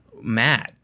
mad